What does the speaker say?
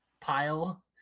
pile